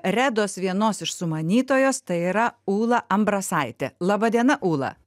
redos vienos iš sumanytojos tai yra ūla ambrasaitė laba diena ūla